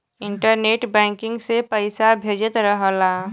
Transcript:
internet banking से पइसा भेजत रहला